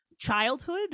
Childhood